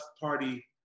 party